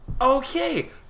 Okay